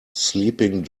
sleeping